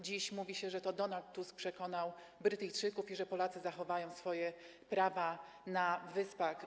Dziś mówi się, że to Donald Tusk przekonał Brytyjczyków i że Polacy zachowają swoje prawa na Wyspach.